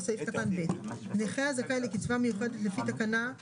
סעיף (ב): (ב) נכה הזכאי לקצבה מיוחדת לפי תקנות 3(ג)